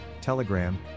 Telegram